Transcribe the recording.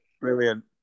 Brilliant